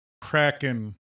Kraken